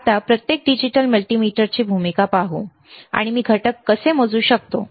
आता प्रत्येक डिजिटल मल्टीमीटरची भूमिका पाहू आणि मी घटक कसे मोजू शकतो